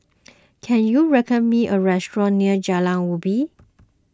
can you recommend me a restaurant near Jalan Ubin